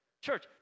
church